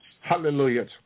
Hallelujah